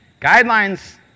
Guidelines